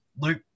Luke